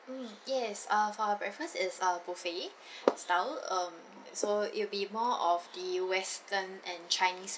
mm yes uh for our breakfast is uh buffet style um so it will be more of the western and chinese